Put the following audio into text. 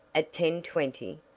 at ten twenty.